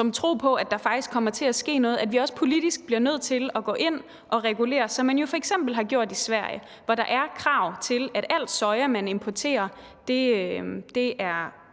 have en tro på, at der faktisk kommer til at ske noget, men at vi også politisk bliver nødt til at gå ind og regulere, som man jo f.eks. har gjort i Sverige, hvor der er et krav om, at alt soja, man importerer, er